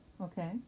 Okay